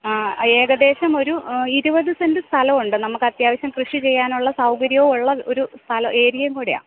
ആ ഏകദേശം ഒരു ഇരുപത് സെൻ്റ് സ്ഥലമുണ്ട് നമുക്കത്യാവശ്യം കൃഷി ചെയ്യാനുള്ള സൗകര്യവും ഉള്ള ഒരു സ്ഥലം ഏരിയയും കൂടിയാണ്